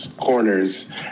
corners